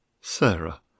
Sarah